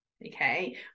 Okay